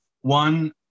one